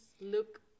look